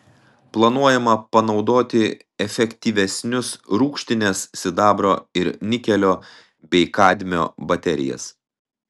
planuojama panaudoti efektyvesnius rūgštinės sidabro ir nikelio bei kadmio baterijas